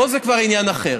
פה זה כבר עניין אחר.